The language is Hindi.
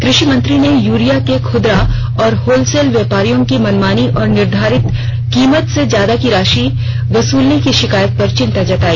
कृषि मंत्री ने यूरिया के खुदरा और होलसेल व्यापारियों की मनमानी और निर्धारित कीमत से ज्यादा की राशि वसूलने की शिकायतों पर चिंता जताई